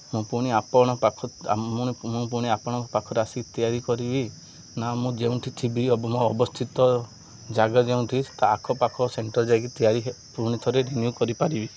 ମୁଁ ପୁଣି ଆପଣଙ୍କ ପାଖ ମୁଁ ପୁଣି ଆପଣଙ୍କ ପାଖରେ ଆସିକି ତିଆରି କରିବି ନା ମୁଁ ଯେଉଁଠି ଥିବି ମୋ ଅବସ୍ଥିତ ଜାଗା ଯେଉଁଠି ତା ଆଖ ପାଖ ସେଣ୍ଟର୍ ଯାଇକି ତିଆରି ପୁଣି ଥରେ ରିନ୍ୟୁ କରିପାରିବି